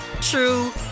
true